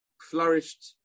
flourished